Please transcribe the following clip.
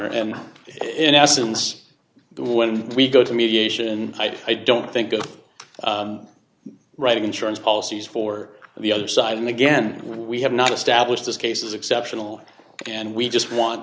honor and in essence when we go to mediation i don't think good writing insurance policies for the other side and again we have not established this case is exceptional and we just want